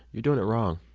you're doing it wrong.